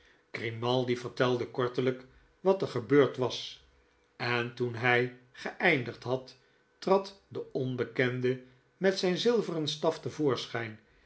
grimaldi vertelde kortelijk wat er gebeurd was en toen hy geeindigd had trad de onbekende met zijn zilveren staf